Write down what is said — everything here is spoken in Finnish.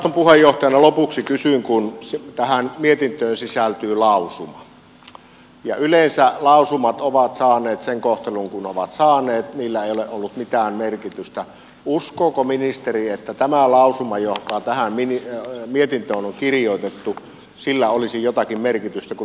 jaoston puheenjohtajajana lopuksi kysyn kun tähän mietintöön sisältyy lausuma ja yleensä lausumat ovat saaneet sen kohtelun kuin ovat saaneet niillä ei ole ollut mitään merkitystä uskooko ministeri että tällä lausumalla joka tähän mietintöön on kirjoitettu olisi jotakin merkitystä kun lisäbudjettia tehdään